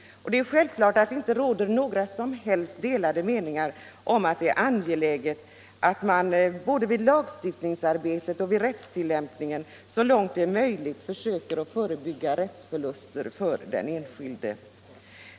Det är självklart att det inte råder några som helst delade meningar om att det är angeläget att man i såväl lagstiftningsarbetet som rättstillämpningen så långt det är möjligt förebygger rättsförluster för den enskilde.